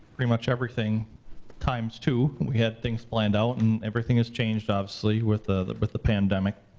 pretty much everything times two. we had things planned out and everything has changed, obviously, with ah with the pandemic.